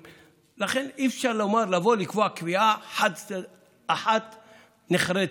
לכן, אי-אפשר לקבוע קביעה אחת נחרצת,